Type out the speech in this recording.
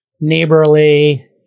neighborly